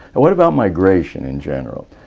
and what about migration in general?